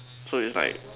so it's like